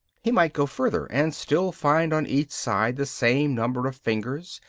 he might go further and still find on each side the same number of fingers,